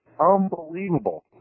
unbelievable